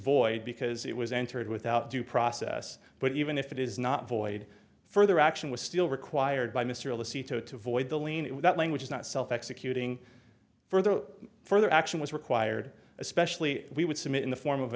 void because it was entered without due process but even if it is not void further action was still required by mr alyse to avoid the leaning that language is not self executing further further action was required especially we would submit in the form of